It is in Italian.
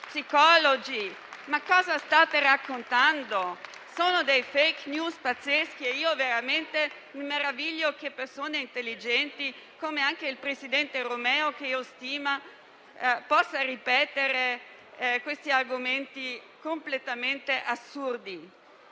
psicologi. Ma cosa state raccontando? Sono delle *fake news* pazzesche e mi meraviglio che persone intelligenti, come anche il presidente Romeo che stimo, possano ripetere argomenti completamente assurdi.